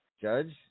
Judge